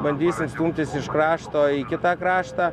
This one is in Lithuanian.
bandysim stumtis iš krašto į kitą kraštą